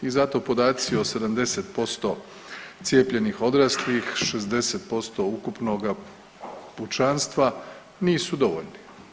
I zato podaci o 70% cijepljenih odraslih, 60% ukupnoga pučanstva nisu dovoljni.